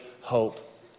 hope